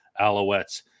Alouettes